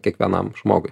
kiekvienam žmogui